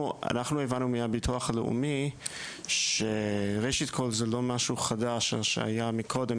אנחנו הבנו מהביטוח הלאומי שראשית כל זה לא משהו חש ממה שהיה מקודם,